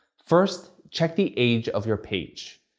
first, check the age of your page.